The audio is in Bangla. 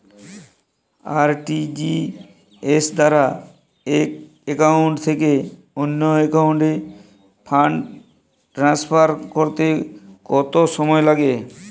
আর.টি.জি.এস দ্বারা এক একাউন্ট থেকে অন্য একাউন্টে ফান্ড ট্রান্সফার করতে কত সময় লাগে?